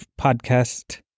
Podcast